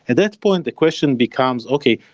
at that point, the question becomes, okay,